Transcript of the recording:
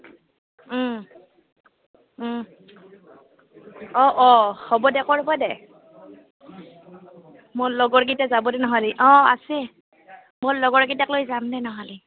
অঁ অঁ হ'ব দে কৰিব দে মোৰ লগৰকেইটা যাব দে নহ'লে অঁ আছে মোৰ লগৰকেইটাক লৈ যাম দে নহ'লে